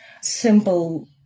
simple